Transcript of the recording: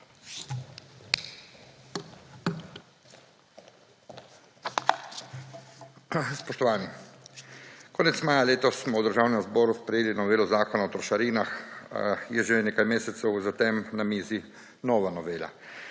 Spoštovani! Konec maja letos smo v Državnem zboru sprejeli novelo Zakona o trošarinah, pa je že nekaj mesecev za tem na mizi nova novela,